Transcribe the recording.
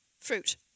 fruit